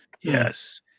Yes